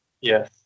yes